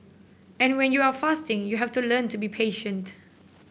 and when you are fasting you have to learn to be patient